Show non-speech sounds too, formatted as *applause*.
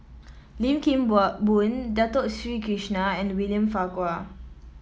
Lim Kim *unintelligible* Boon Dato Sri Krishna and William Farquhar